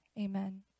Amen